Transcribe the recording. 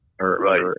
Right